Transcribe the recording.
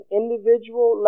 individual